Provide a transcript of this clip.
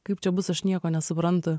kaip čia bus aš nieko nesuprantu